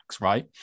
right